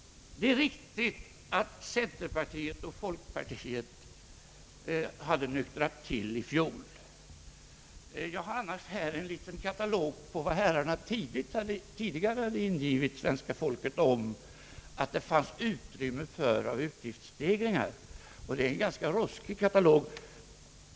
Det är riktigt att centerpartiet och folkpartiet hade nyktrat till i fjol. Jag har annars här en liten katalog på vad herrarna tidigare sökt intala svenska folket att det fanns utrymme för i fråga om utgiftsstegringar, och det är en ganska ruskig katalog.